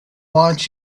wants